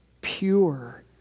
pure